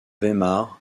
weimar